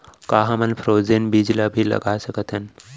का हमन फ्रोजेन बीज ला भी लगा सकथन?